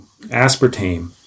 aspartame